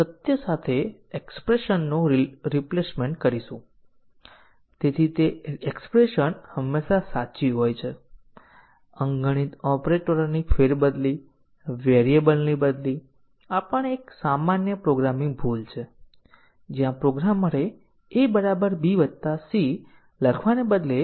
આપણે test inputs random test inputs આપીએ છીએ અને પછી આપણી પાસે એક સાધન છે જે કવરેજને માપે છે અને જ્યાં સુધી ઇચ્છિત કવરેજ મેટ્રિક પ્રાપ્ત ન થાય ત્યાં સુધી આપણે ઇનપુટ્સ આપવાનું ચાલુ રાખીએ છીએ